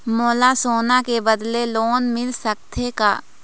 मोला सोना के बदले लोन मिल सकथे का?